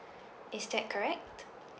is that correct